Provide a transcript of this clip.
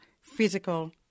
physical